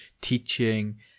teaching